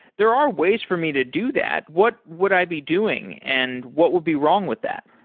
there are ways for me to do that. what would i be doing and what would be wrong with that?